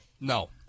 no